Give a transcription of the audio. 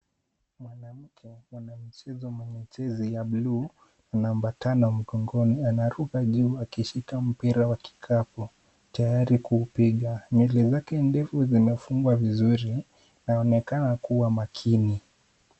Mwanamke mwanamichezo mwenye jezi ya buluu na namba tano mgongoni, anaruka juu akishika mpira wa kikapu tayari kuupiga. Nywele zake ndefu zimefungwa vizuri, yaonekana kuwa makini.